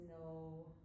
no